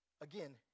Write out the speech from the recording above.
again